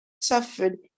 suffered